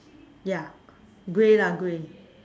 ya grey lah grey